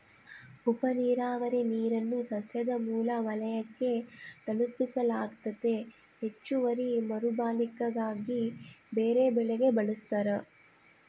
ಉಪನೀರಾವರಿ ನೀರನ್ನು ಸಸ್ಯದ ಮೂಲ ವಲಯಕ್ಕೆ ತಲುಪಿಸಲಾಗ್ತತೆ ಹೆಚ್ಚುವರಿ ಮರುಬಳಕೆಗಾಗಿ ಬೇರೆಬೆಳೆಗೆ ಬಳಸ್ತಾರ